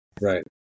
Right